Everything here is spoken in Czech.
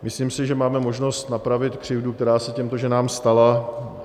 Myslím si, že máme možnost napravit křivdu, která se těmto ženám stala.